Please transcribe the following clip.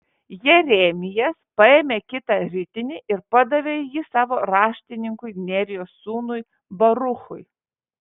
jeremijas paėmė kitą ritinį ir padavė jį savo raštininkui nerijos sūnui baruchui